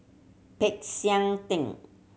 Peck San Theng